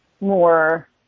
more